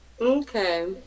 Okay